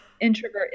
introvert